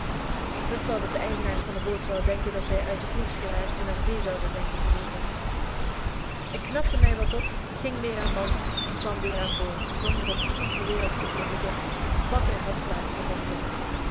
ik wist wel dat de eigenaar van de boot zou denken dat zij uit den koers geraakt en naar zee zouden zijn gedreven ik knapte mij wat op ging weer aan land en kwam weer aan boord zonder dat iemand ter wereld kon vermoeden wat er had